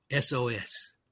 SOS